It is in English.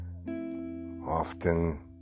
often